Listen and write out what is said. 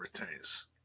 retains